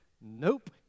nope